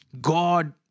God